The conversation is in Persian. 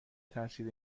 تاثیر